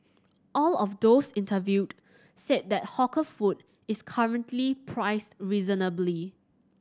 all of those interviewed said that hawker food is currently priced reasonably